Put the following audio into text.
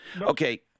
Okay